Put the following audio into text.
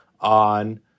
on